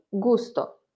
gusto